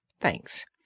Thanks